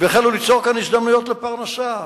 והתחילו ליצור כאן הזדמנויות לפרנסה ועסקים,